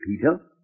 Peter